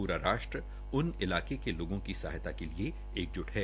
पूरा राष्ट्र उन इलाकों के लोगों को सहायता के लिए एकजुट है